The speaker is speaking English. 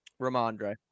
Ramondre